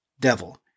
Devil